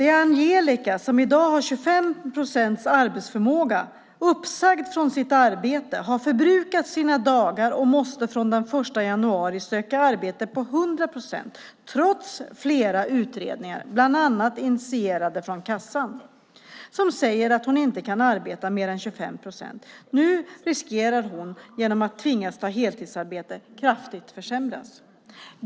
Angelika har i dag har 25 procents arbetsförmåga. Hon har blivit uppsagd från sitt arbete, har förbrukat sina dagar och måste från den 1 januari söka arbete på 100 procent trots flera utredningar, bland annat initierade från Försäkringskassan, där det sägs att hon inte kan arbeta mer än 25 procent. Genom att hon nu tvingas ta ett heltidsarbete riskerar hon att kraftigt försämras.